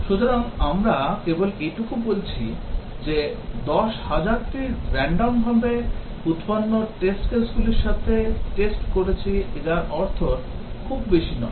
সুতরাং আমরা কেবল এটুকু বলছি যে 10000 টি random ভাবে উৎপন্ন test case গুলির সাথে test করেছি যার অর্থ খুব বেশি নয়